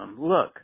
Look